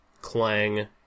clang